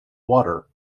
water